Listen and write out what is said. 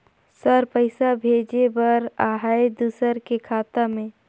Sir पइसा भेजे बर आहाय दुसर के खाता मे?